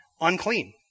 unclean